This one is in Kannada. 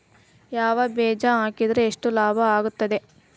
ಯಾವ ಬೇಜ ಹಾಕಿದ್ರ ಹೆಚ್ಚ ಲಾಭ ಆಗುತ್ತದೆ?